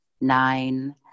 nine